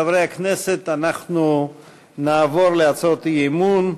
חברי הכנסת, אנחנו נעבור להצעות אי-אמון.